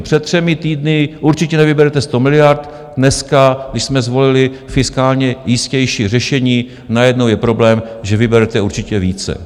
Před třemi týdny: Určitě nevyberete sto miliard, dneska, když jsme zvolili fiskálně jistější řešení, najednou je problém, že: Vyberete určitě více.